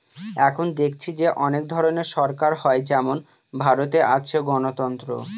এখন দেখেছি যে অনেক ধরনের সরকার হয় যেমন ভারতে আছে গণতন্ত্র